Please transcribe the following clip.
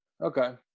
Okay